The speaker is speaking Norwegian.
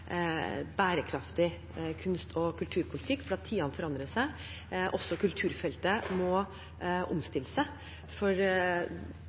bærekraftig kunst- og kulturpolitikk. Tidene forandrer seg. Også kulturfeltet må